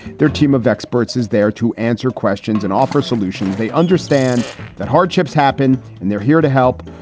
their team of experts is there to answer questions and offer solutions. they understand that hardships happen and they're here to help.